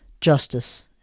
justice